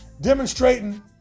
demonstrating